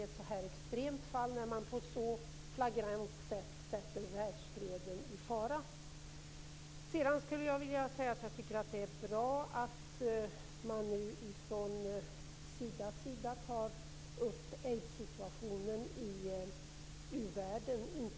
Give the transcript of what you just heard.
Det är ju ett så extremt fall, när man så flagrant sätter världsfreden i fara. Sedan vill jag säga att jag tycker att det är bra att Sida nu tar upp aidssituationen i u-världen, inte minst i Afrika.